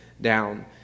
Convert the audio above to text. down